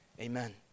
amen